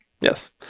Yes